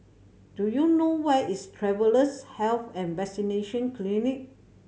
do you know where is Travellers' Health and Vaccination Clinic